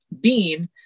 beam